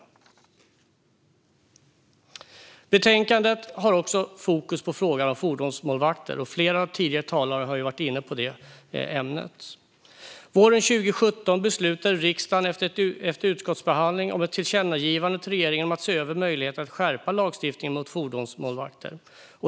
I betänkandet ligger fokus också på frågan om fordonsmålvakter. Flera tidigare talare har varit inne på ämnet. Våren 2017 beslutade riksdagen efter utskottsbehandling om ett tillkännagivande till regeringen om att se över möjligheten att skärpa lagstiftningen mot fordonsmålvakter.